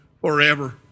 forever